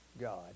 God